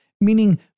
Meaning